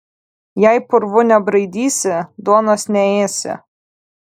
jei purvų nebraidysi duonos neėsi